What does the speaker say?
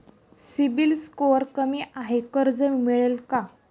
CIBIL score कमी आहे कर्ज मिळेल का?